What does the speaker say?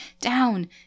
down